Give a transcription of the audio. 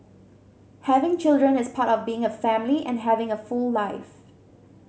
having children is part of being a family and having a full life